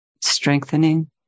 strengthening